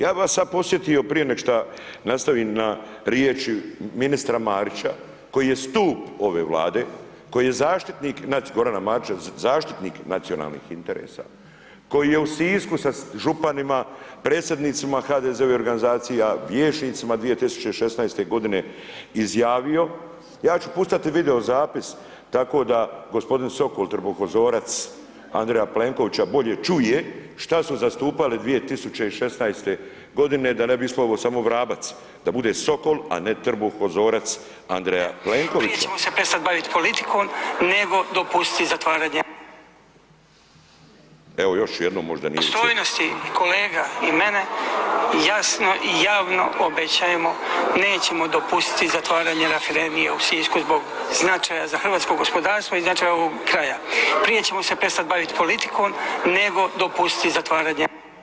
Ja bi vas sad podsjetio prije nego šta nastavim, na riječi ministra Marića, koji je stup ove Vlade, koji je zaštitnik, Gorana Marića, zaštitnik nacionalnih interesa, koji je u Sisku sa županima, predsjednicima HDZ-ovih organizacija, vijećnicima, 2016. godine izjavio, ja ću puštati video zapis tako da gospodin Sokol, trbuhozorac Andrije Plenkovića bolje čuje šta su zastupali 2016. godine, da ne bi ispalo da je ovo samo vrabac, da bude sokol a ne trbuhozorac Andrije Plenkovića, „Prije ćemo se prestati baviti politikom nego dopustiti zatvaranje“, evo još jednom možda nije čuo, „opstojnosti kolega i mene, i jasno i javno obećajemo nećemo dopustiti zatvaranje rafinerije u Sisku zbog značaja za hrvatsko gospodarstvo i značaja ovog kraja, prije ćemo se prestat baviti politikom nego dopustiti zatvaranje“